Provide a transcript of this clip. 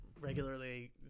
regularly